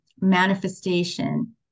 manifestation